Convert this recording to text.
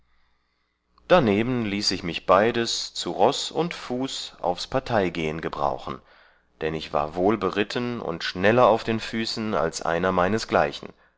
darneben ließ ich mich beides zu roß und fuß aufs parteigehen gebrauchen dann ich war wohlberitten und schneller auf den füßen als einer meinesgleichen